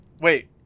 Wait